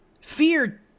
Fear